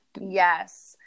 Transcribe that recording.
Yes